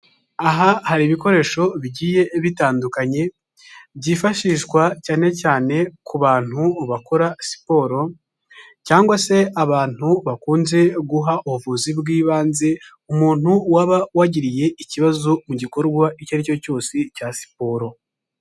Aha hari ibikoresho bigiye bitandukanye byifashishwa cyane cyane ku bantu bakora siporo, cyangwa se abantu bakunze guha ubuvuzi bw'ibanze, umuntu waba wagiriye ikibazo mu gikorwa icyo ari cyo cyose cya siporo.